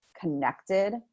connected